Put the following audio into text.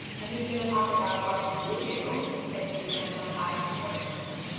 and he's gonna talk about what you do do if you end up having to go to the store.